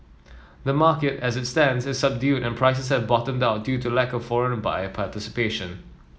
the market as it stands is subdued and prices have bottomed out due to the lack of foreign buyer participation